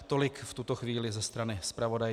Tolik v tuto chvíli ze strany zpravodaje.